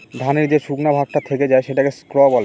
ধানের যে শুকনা ভাগটা থেকে যায় সেটাকে স্ত্র বলে